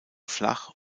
flach